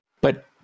But-